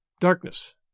Darkness